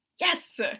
Yes